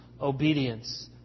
obedience